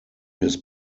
his